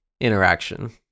interaction